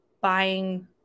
buying